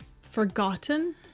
forgotten